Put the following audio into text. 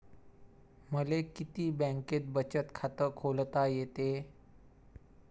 मले किती बँकेत बचत खात खोलता येते?